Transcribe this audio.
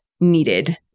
needed